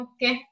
Okay